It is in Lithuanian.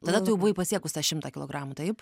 tada tu jau buvai pasiekus tą šimtą kilogramų taip